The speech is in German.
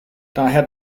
daher